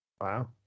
Wow